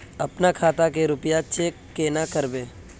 अपना खाता के रुपया चेक केना करबे?